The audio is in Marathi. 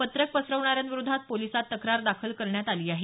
पत्रक पसरवणाऱ्यांविरोधात पोलिसात तक्रार दाखल करण्यात आली आहे